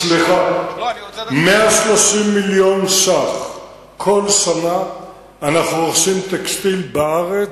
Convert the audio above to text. ב-130 מיליון שקלים כל שנה אנחנו רוכשים טקסטיל בארץ,